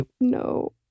No